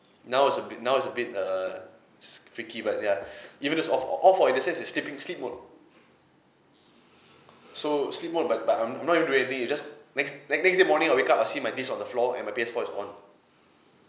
now it's a bit now it's a bit err it's freaky but ya even it's off off in the sense it's sleeping sleep mode so sleep mode but but I'm I'm not even doing anything it just next next day morning I will wake up I'll see my disc on the floor and my P_S four is on